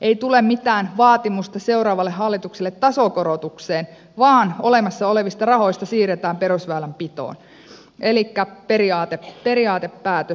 ei tule mitään vaatimusta seuraavalle hallitukselle tasokorotukseen vaan olemassa olevista rahoista siirretään perusväylänpitoon elikkä periaatepäätös